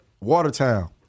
Watertown